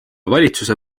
valitsuse